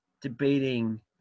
debating